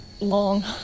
long